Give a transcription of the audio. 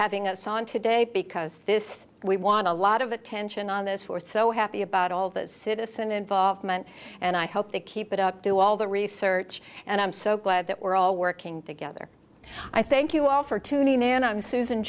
having us on today because this week and a lot of attention on this for so happy about all this citizen involvement and i hope they keep it up to all the research and i'm so glad that we're all working together i thank you all for tonight man i'm susan